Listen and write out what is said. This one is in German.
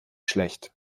schlecht